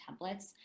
templates